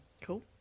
Cool